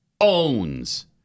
owns